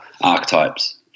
archetypes